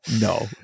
no